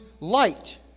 light